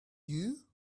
you